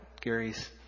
Gary's